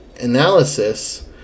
analysis